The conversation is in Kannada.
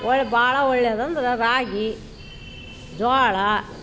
ಒಳ್ಳೇ ಭಾಳ ಒಳ್ಳೇದು ಅಂದ್ರೆ ರಾಗಿ ಜೋಳ